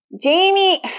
Jamie